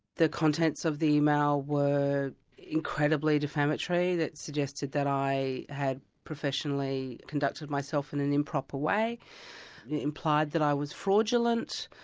the contents of the email were incredibly defamatory, that suggested that i had professionally conducted myself in an improper way. it implied that i was fraudulent,